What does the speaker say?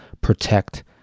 protect